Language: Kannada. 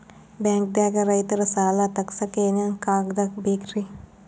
ಬ್ಯಾಂಕ್ದಾಗ ರೈತರ ಸಾಲ ತಗ್ಸಕ್ಕೆ ಏನೇನ್ ಕಾಗ್ದ ಬೇಕ್ರಿ?